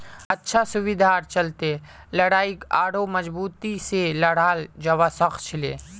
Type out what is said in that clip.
अच्छा सुविधार चलते लड़ाईक आढ़ौ मजबूती से लड़ाल जवा सखछिले